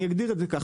אני אגדיר את זה כך,